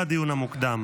לדיון המוקדם.